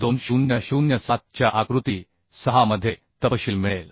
800 2007 च्या आकृती 6 मध्ये तपशील मिळेल